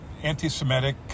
anti-Semitic